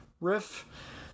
riff